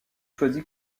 choisi